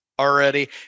already